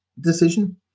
decision